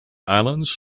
islands